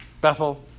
Bethel